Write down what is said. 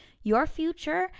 your future,